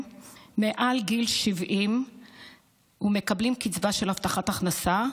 מעל גיל 70 ומקבלים קצבה של הבטחת הכנסה.